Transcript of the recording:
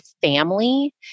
family